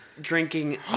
drinking